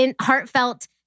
heartfelt